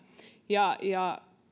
ja ja